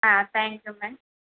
thank you ma'am